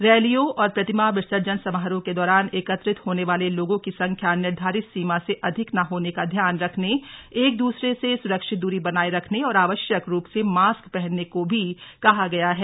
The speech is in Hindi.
रैलियों और प्रतिमा विसर्जन समारोह के दौरान एकत्रित होने वाले लोगों की संख्या निर्धारित सीमा से अधिक न होने का ध्यान रखने एक द्रसरे से स्रक्षित द्री बनाए रखने और आवश्यक रूप से मास्क पहनने को भी कहा गया है